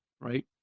right